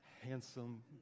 handsome